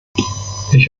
ich